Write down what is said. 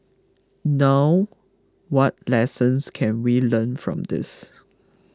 now what lessons can we learn from this